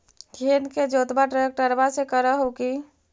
खेत के जोतबा ट्रकटर्बे से कर हू की?